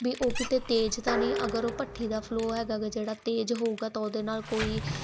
ਵੀ ਉਹ ਕਿਤੇ ਤੇਜ਼ ਤਾਂ ਨਹੀਂ ਅਗਰ ਉਹ ਭੱਠੀ ਦਾ ਫਲੋ ਹੈਗਾ ਗਾ ਜਿਹੜਾ ਤੇਜ਼ ਹੋਊਗਾ ਤਾਂ ਉਹਦੇ ਨਾਲ ਕੋਈ